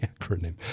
acronym